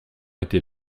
était